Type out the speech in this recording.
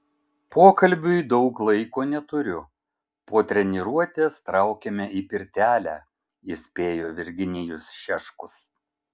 pokalbiui daug laiko neturiu po treniruotės traukiame į pirtelę įspėjo virginijus šeškus